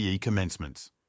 commencements